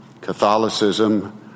Catholicism